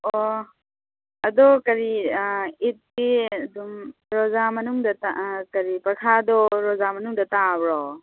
ꯑꯣ ꯑꯗꯨ ꯀꯔꯤ ꯏꯤꯠꯇꯤ ꯑꯗꯨꯝ ꯔꯣꯖꯥ ꯃꯅꯨꯡꯗꯇ ꯀꯔꯤ ꯄꯔꯤꯈꯥꯗꯣ ꯔꯣꯖꯥ ꯃꯅꯨꯡꯗ ꯇꯥꯕ꯭ꯔꯣ